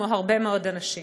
כמו הרבה מאוד אנשים.